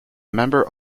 member